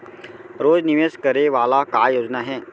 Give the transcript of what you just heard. रोज निवेश करे वाला का योजना हे?